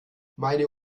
meine